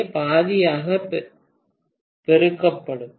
ஏ பாதியாக பெருக்கப்படும்